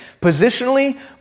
positionally